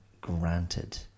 granted